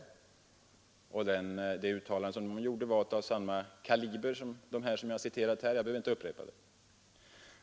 Det uttalandet var av samma kaliber som dem jag citerar här. Jag behöver inte upprepa det.